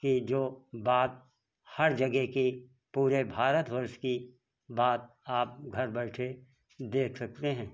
कि जो बात हर जगह की पूरे भारत वर्ष की बात आप घर बैठे देख सकते हैं